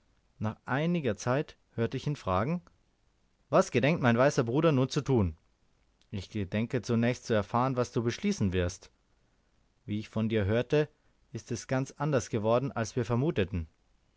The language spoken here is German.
nach einiger zeit hörte ich ihn fragen was gedenkt mein weißer bruder nun zu tun ich gedenke zunächst zu erfahren was du beschließen wirst wie ich von dir hörte ist es ganz anders geworden als wir vermuteten